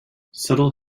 subtle